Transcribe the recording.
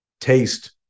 taste